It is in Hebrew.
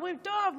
אומרים: טוב,